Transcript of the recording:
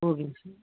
ஓகேங்க சார்